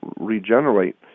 regenerate